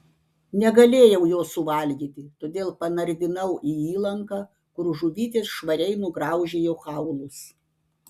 negalėjau jo suvalgyti todėl panardinau į įlanką kur žuvytės švariai nugraužė jo kaulus